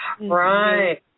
Right